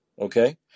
okay